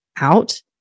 out